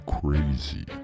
Crazy